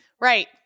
Right